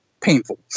painful